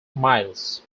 miles